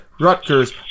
Rutgers